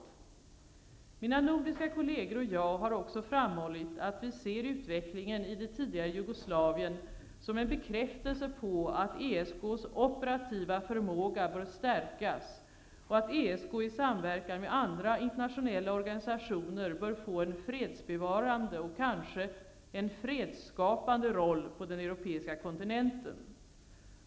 Mina nordiska kolleger och jag har också framhållit att vi ser utvecklingen i det tidigare Jugoslavien som en bekräftelse på att ESK:s operativa förmåga bör stärkas och att ESK i samverkan med andra internationella organisationer bör få en fredsbevarande och kanske en fredsskapande roll på den europeiska kontinenten.